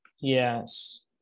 Yes